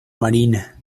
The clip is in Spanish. marina